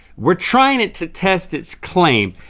we're trying to test its claim,